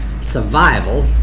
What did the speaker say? survival